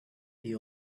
the